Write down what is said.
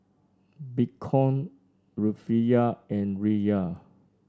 Bitcoin Rufiyaa and Riyal